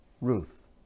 Ruth